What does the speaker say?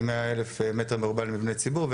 כ-100 אלף מ"ר למבני ציבור,